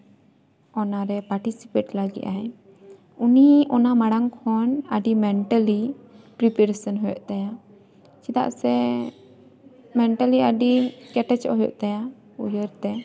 ᱚᱱᱟ ᱨᱮ ᱯᱟᱴᱤ ᱥᱤᱯᱮᱴ ᱞᱟᱹᱜᱤᱫ ᱟᱭ ᱩᱱᱤ ᱚᱱᱟ ᱢᱟᱲᱟᱝ ᱠᱷᱚᱱ ᱟᱹᱰᱤ ᱢᱮᱱᱴᱟᱞᱤ ᱯᱨᱤᱯᱟᱨᱮᱥᱮᱱ ᱦᱩᱭᱩᱜ ᱛᱟᱭᱟ ᱪᱮᱫᱟᱜ ᱥᱮ ᱢᱮᱱᱴᱟᱞᱤ ᱟᱹᱰᱤ ᱠᱮᱴᱮᱪᱚᱜ ᱦᱩᱭᱩᱜ ᱛᱟᱭᱟ ᱩᱭᱦᱟᱹᱨ ᱛᱮ